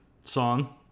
song